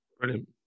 Brilliant